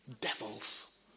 Devils